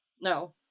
No